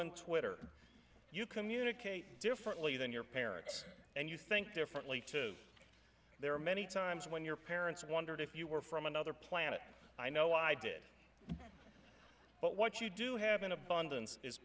and twitter you communicate differently than your parents and you think differently to there are many times when your parents wondered if you were from another planet i know i did but what you do have in abundance is